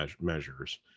measures